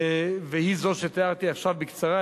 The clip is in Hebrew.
והיא זו שתיארתי עכשיו בקצרה.